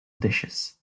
dishes